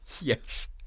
yes